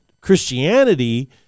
Christianity